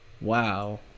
Wow